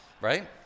Right